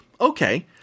Okay